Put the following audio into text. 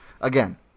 again